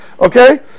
Okay